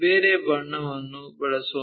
ಬೇರೆ ಬಣ್ಣವನ್ನು ಬಳಸೋಣ